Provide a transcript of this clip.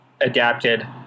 adapted